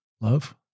love